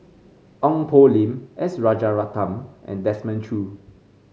Ong Poh Lim S Rajaratnam and Desmond Choo